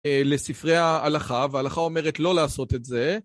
לספרי ההלכה וההלכה אומרת לא לעשות את זה